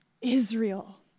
Israel